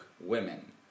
women